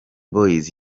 boyz